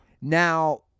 Now